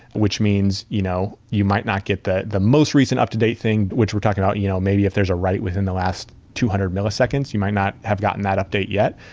which means you know you might not get the the most recent up-to-date thing, which we're talking about. you know maybe if there's a write within the last two hundred milliseconds, you might not have gotten that update yet.